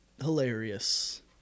hilarious